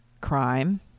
Crime